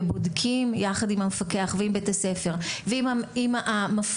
ובודקים יחד עם המפקח ועם בית ספר ועם המפמ"ר,